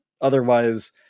otherwise